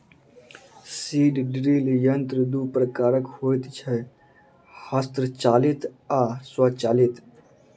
seed drill यंत्र दू प्रकारक होइत छै, हस्तचालित आ स्वचालित